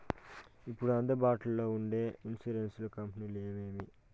ఇప్పుడు అందుబాటులో ఉండే ఇన్సూరెన్సు కంపెనీలు ఏమేమి?